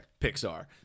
Pixar